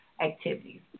activities